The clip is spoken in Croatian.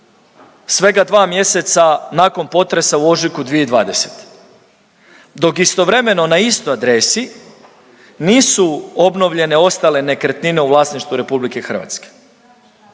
svega 2 mjeseca nakon potresa u ožujku 2020., dok istovremeno na istoj adresi nisu obnovljene ostale nekretnine u vlasništvu RH. Dakle državne